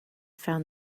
found